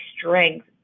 strength